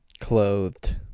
Clothed